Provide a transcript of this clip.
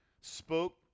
spoke